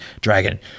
Dragon